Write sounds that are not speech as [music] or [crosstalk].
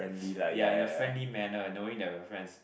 [noise] ya in a friendly manner knowing that we are friends